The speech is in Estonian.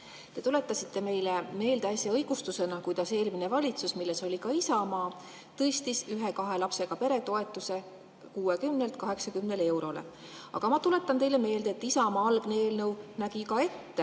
Te tuletasite meile äsja õigustusena meelde, kuidas eelmine valitsus, milles oli ka Isamaa, tõstis ühe-kahe lapsega pere toetuse 60 eurolt 80 eurole. Aga ma tuletan teile meelde, et Isamaa algne eelnõu nägi ka ette